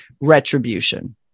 retribution